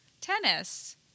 Tennis